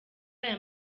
aya